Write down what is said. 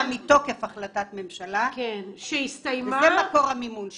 מתוקף החלטת ממשלה וזה מקור המימון שלה.